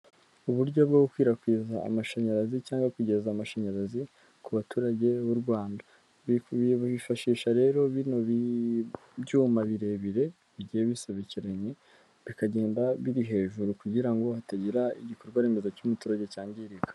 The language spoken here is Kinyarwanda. Uburyo bwo gukwirakwiza amashanyarazi cyangwa kugeza amashanyarazi ku baturage b'u Rwanda, bikubiye bifashisha rero bino ibyuma birebire bigiye bisobekeranye bikagenda biri hejuru kugira ngo hatagira igikorwaremezo cy'umuturage cyangirika.